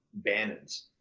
Bannons